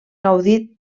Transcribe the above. gaudit